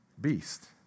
beast